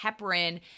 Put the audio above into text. heparin